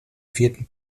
vierten